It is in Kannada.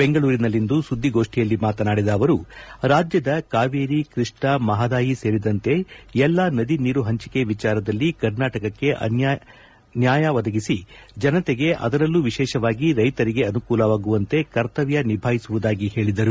ಬೆಂಗಳೂರಿನಲ್ಲಿಂದು ಸುದ್ವಿಗೋಷ್ಠಿಯಲ್ಲಿ ಮಾತನಾಡಿದ ಅವರು ರಾಜ್ಯದ ಕಾವೇರಿ ಕೃಷ್ಣ ಮಹದಾಯಿ ಸೇರಿದಂತೆ ಎಲ್ಲಾ ನದಿ ನೀರು ಹಂಚಿಕೆ ವಿಚಾರದಲ್ಲಿ ಕರ್ನಾಟಕಕ್ಕೆ ನ್ಯಾಯ ಒದಗಿಸಿ ಜನತೆಗೆ ಅದರಲ್ಲೂ ವಿಶೇಷವಾಗಿ ರೈತರಿಗೆ ಅನುಕೂಲವಾಗುವಂತೆ ಕರ್ತವ್ಯ ನಿಭಾಯಿಸುವುದಾಗಿ ಹೇಳಿದರು